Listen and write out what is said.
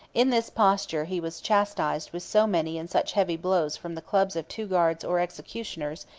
in this posture he was chastised with so many and such heavy blows from the clubs of two guards or executioners,